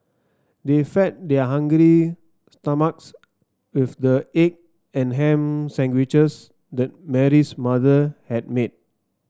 they fed their hungry stomachs with the egg and ham sandwiches that Mary's mother had made